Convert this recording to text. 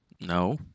No